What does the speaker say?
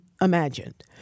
imagined